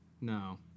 No